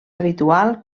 habitual